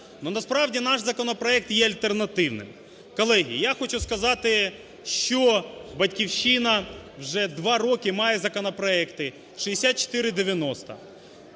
насправді наш законопроект є альтернативним. Колеги, я хочу сказати, що "Батьківщина" вже два роки має законопроекти: 6490